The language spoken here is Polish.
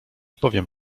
powiem